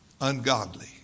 ungodly